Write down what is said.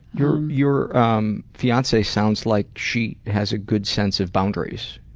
your your um fiancee sounds like she has a good sense of boundaries.